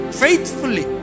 faithfully